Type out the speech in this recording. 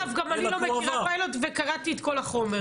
אגב, גם אני לא מכירה פיילוט וקראתי את כל החומר.